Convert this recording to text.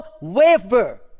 waver